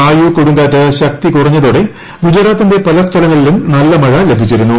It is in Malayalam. വായു കൊടുങ്കാറ്റ് ശക്തി കുറഞ്ഞതോടെ ഗുജറാത്തിന്റെ പല സ്ഥലങ്ങളിലും നല്ല മഴ ലഭിച്ചിരുന്നു